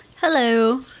Hello